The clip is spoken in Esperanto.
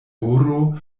oro